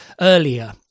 earlier